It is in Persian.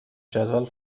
جدول